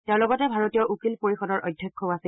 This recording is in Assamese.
তেওঁ লগতে ভাৰতীয় উকীল পৰিষদৰ অধ্যক্ষও আছিল